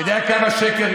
אתה יודע כמה שקר?